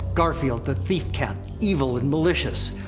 garfield, the thief-cat, evil and malicious.